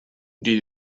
did